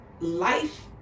life